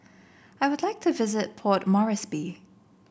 I would like to visit Port Moresby